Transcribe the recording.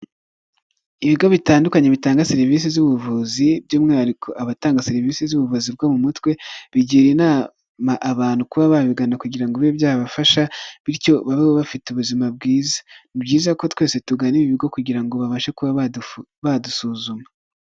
Ibigo bitandukanye bitanga serivisi z'ubuvuzi by'umwihariko abatanga serivisi z'ubuvuzi bwo mu mutwe, bigira inama abantu kuba babigana kugira ngo bibe byabafasha bityo babe bafite ubuzima bwiza, ni byiza ko twese tugana ibi bigo kugira ngo babashe kuba badusuzuma.